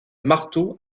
marteau